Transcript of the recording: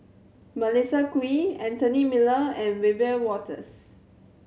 Melissa Kwee Anthony Miller and Wiebe Wolters